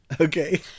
okay